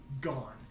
gone